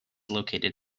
located